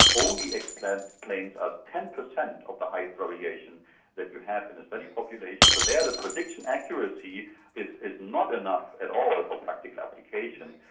only explains explains us ten per cent of the height variation that you have and steady population, so there the prediction accuracy is is not enough at all ah for practical application.